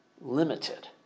limited